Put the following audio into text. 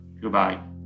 goodbye